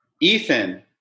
Ethan